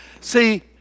see